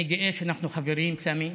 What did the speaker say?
אני גאה שאנחנו חברים, סמי.